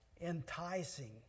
enticing